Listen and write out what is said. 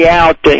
out